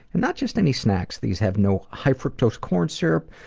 and not just any snacks. these have no high fructose corn syrup,